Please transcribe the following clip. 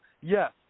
yes